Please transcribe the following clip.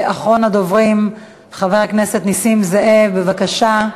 אחרון הדוברים, חבר הכנסת נסים זאב, בבקשה.